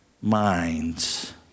minds